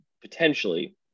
potentially